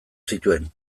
zituen